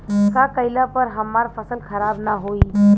का कइला पर हमार फसल खराब ना होयी?